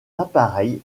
l’appareil